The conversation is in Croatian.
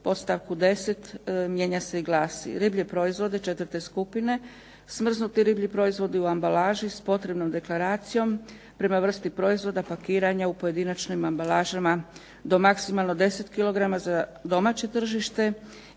podstavku 10. mijenja se i glasi: